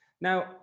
Now